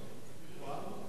או-אה.